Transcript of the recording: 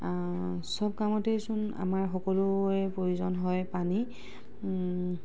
চব কামতেচোন আমাৰ সকলোৰে প্ৰয়োজন হয় পানী